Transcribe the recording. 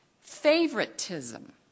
Favoritism